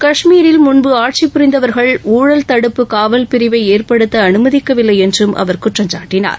கஷ்மீரில் முன்பு ஆட்சி புரிந்தவர்கள் ஊழல் தடுப்பு காவல் பிரிவை ஏற்படுத்த அனுமதிக்கவில்லை என்றும் அவர் குற்றம் சாட்டினார்